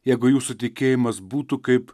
jeigu jūsų tikėjimas būtų kaip